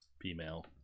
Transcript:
female